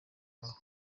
aho